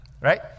right